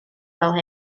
fel